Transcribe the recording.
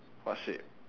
what shape